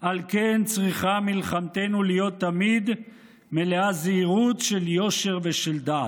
על כן צריכה מלחמתנו להיות תמיד מלאה זהירות של יושר ושל דעת,